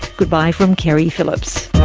goodbye from keri phillips